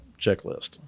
checklist